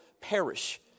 perish